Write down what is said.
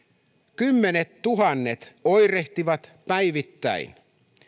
kymmenettuhannet oirehtivat päivittäin